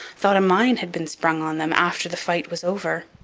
thought a mine had been sprung on them after the fight was over.